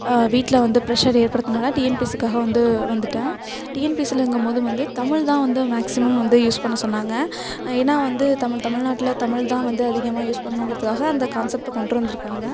வீட்டில் வந்து ப்ரெஷர் ஏற்படுத்துனால் டிஎன்பிசிக்காக வந்து வந்துட்டேன் டிஎன்பிசிலங்கும் போது வந்து தமிழ் தான் வந்து மேக்ஸிமம் வந்து யூஸ் பண்ண சொன்னாங்க ஏன்னா வந்து தமிழ் தமிழ்நாட்டில் தமிழ் தான் வந்து அதிகமாக யூஸ் பண்ணுங்கிறதுக்காக அந்த கான்சப்ட்டை கொண்டுட்டு வந்துருக்காங்க